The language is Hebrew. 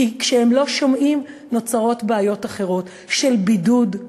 כי כשהם לא שומעים נוצרות בעיות אחרות, של בידוד,